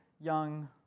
young